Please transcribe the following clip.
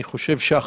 אני חושב שהחלופה